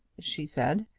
she said,